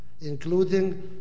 including